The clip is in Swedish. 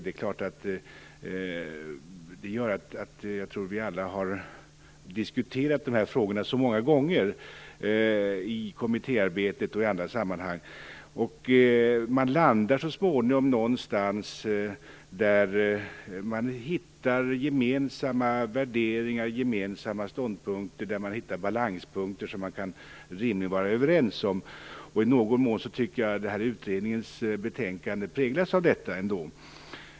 Vi har diskuterat dessa frågor många gånger i kommittéarbetet och i andra sammanhang. Man landar så småningom någonstans där man hittar gemensamma värderingar, ståndpunkter och balanspunkter som man rimligen kan vara överens om. I någon mån tycker jag att utredningens betänkande präglas av detta.